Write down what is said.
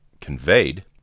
conveyed